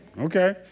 Okay